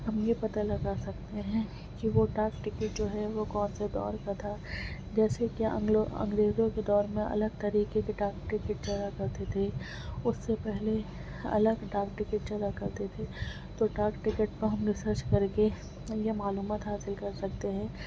ہم یہ پتا لگا سکتے ہیں کہ وہ ڈاک ٹکٹ جو ہے وہ کون سے دور کا تھا جیسے کہ انگلو انگریزوں کے دور میں الگ طریقے کے ڈاکٹ ٹکٹ چلا کرتے تھے اس سے پہلے الگ ڈاک ٹکٹ چلا کرتے تھے تو ڈاک ٹکٹ پہ ہم ریسرچ کر کے یہ معلومات حاصل کر سکتے ہیں